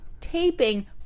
taping